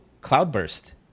cloudburst